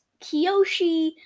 Kyoshi